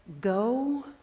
Go